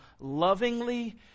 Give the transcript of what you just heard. lovingly